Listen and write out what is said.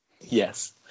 Yes